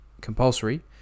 compulsory